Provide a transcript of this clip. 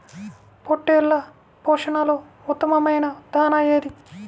పొట్టెళ్ల పోషణలో ఉత్తమమైన దాణా ఏది?